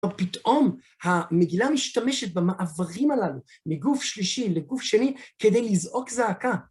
ופתאום המגילה משתמשת במעברים הללו, מגוף שלישי לגוף שני, כדי לזעוק זעקה.